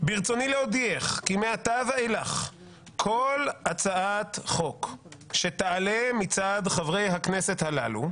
ברצוני להודיעך כי מעתה ואילך כל הצעת חוק שתעלה מצד חברי הכנסת הללו"